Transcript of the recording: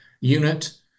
unit